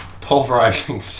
pulverizing